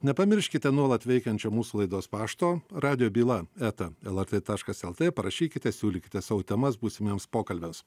nepamirškite nuolat veikiančio mūsų laidos pašto radijo byla eta lrt taškas lt parašykite siūlykite savo temas būsimiems pokalbiams